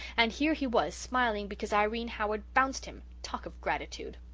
and here he was smiling because irene howard bounced him! talk of gratitude!